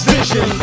Vision